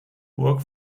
burg